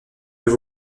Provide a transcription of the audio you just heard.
deux